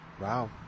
Wow